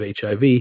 HIV